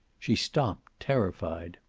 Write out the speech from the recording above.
she stopped, terrified.